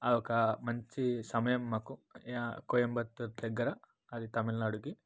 ఒక మంచీ సమయం మాకు కోయంబత్తూర్ దగ్గర అది తమిళనాడుకి